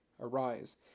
arise